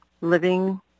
living